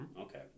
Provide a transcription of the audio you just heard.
Okay